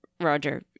Roger